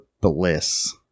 bliss